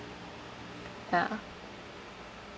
ya